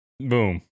Boom